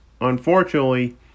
Unfortunately